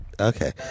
Okay